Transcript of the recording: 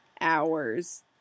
hours